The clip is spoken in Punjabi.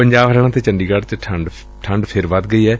ਪੰਜਾਬ ਹਰਿਆਣਾ ਤੇ ਚੰਡੀਗੜ ਚ ਠੰਢ ਫਿਰ ਵਧ ਗਈ ਏ